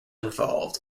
involved